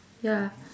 ya